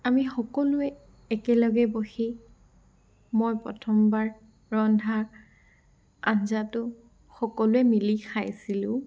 আমি সকলোৱে একেলগে বহি মই প্ৰথমবাৰ ৰন্ধা আঞ্জাটো সকলোৱে মিলি খাইছিলোঁ